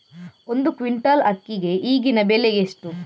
ಒಂದು ಕ್ವಿಂಟಾಲ್ ಅಕ್ಕಿಗೆ ಈಗಿನ ಬೆಲೆ ಎಷ್ಟು?